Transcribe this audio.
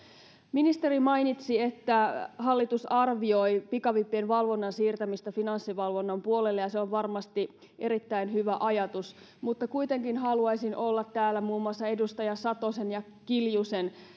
ministeri mainitsi että hallitus arvioi pikavippien valvonnan siirtämistä finanssivalvonnan puolelle ja se on varmasti erittäin hyvä ajatus mutta kuitenkin haluaisin olla muun muassa edustaja satosen ja kiljusen